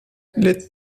let